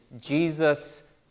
Jesus